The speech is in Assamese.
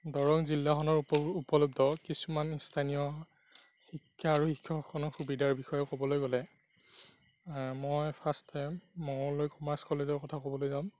দৰং জিলাখনত উপ উপলব্ধ কিছুমান স্থানীয় শিক্ষা আৰু শিক্ষকসকলৰ সুবিধাৰ বিষয়ে ক'বলৈ গ'লে মই ফাৰ্ষ্ট টাইম মঙলদৈ কমাৰ্চ কলেজৰ কথা ক'বলৈ যাম